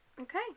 okay